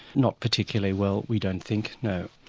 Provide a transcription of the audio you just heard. not particularly well, we don't think, no.